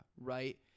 right